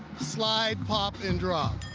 slide pop and drop.